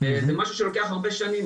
וזה משהו שלוקח הרבה שנים,